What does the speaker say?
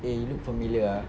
eh you look familiar ah